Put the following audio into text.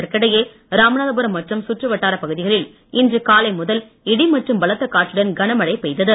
இதற்கிடையே ராமநாதபுரம் மற்றும் சுற்றுவட்டாரப் பகுதிகளில் இன்று காலை முதல் இடிமற்றும் பலத்த காற்றுடன் கனமழை பெய்தது